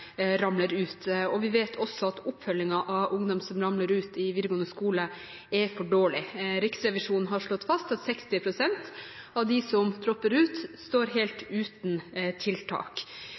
ramler ut. Vi vet også at oppfølgingen av ungdom som ramler ut av videregående skole, er for dårlig. Riksrevisjonen har slått fast at 60 pst. av dem som dropper ut, står helt uten tiltak.